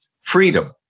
Freedom